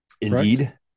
Indeed